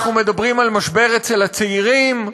אנחנו מדברים על משבר אצל הצעירים,